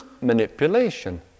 Manipulation